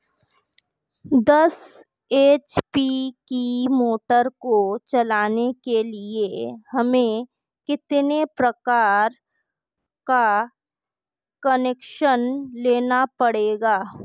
दस एच.पी की मोटर को चलाने के लिए हमें कितने पावर का कनेक्शन लेना पड़ेगा?